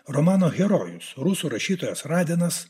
romano herojus rusų rašytojas radinas